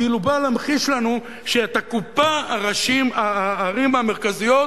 כאילו באה להמחיש לנו שאת הקופה הערים המרכזיות,